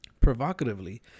Provocatively